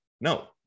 no